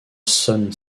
son